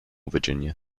virginia